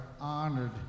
honored